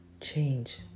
change